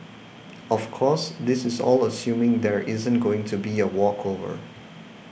of course this is all assuming there isn't going to be a walkover